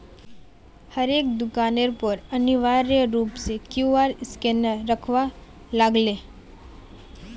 हरेक दुकानेर पर अनिवार्य रूप स क्यूआर स्कैनक रखवा लाग ले